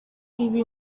ibi